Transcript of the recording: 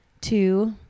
Two